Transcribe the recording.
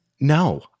No